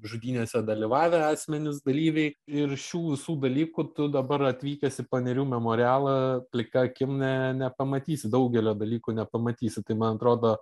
žudynėse dalyvavę asmenys dalyviai ir šių visų dalykų tu dabar atvykęs į panerių memorialą plika akim ne nepamatysi daugelio dalykų nepamatysi tai man atrodo